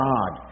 God